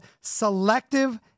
selective